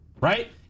Right